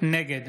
נגד